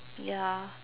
ya